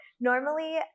normally